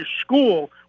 school